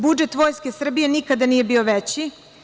Budžet Vojske Srbije nikada nije bio veći.